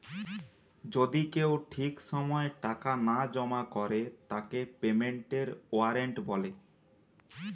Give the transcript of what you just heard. যদি কেউ ঠিক সময় টাকা না জমা করে তাকে পেমেন্টের ওয়ারেন্ট বলে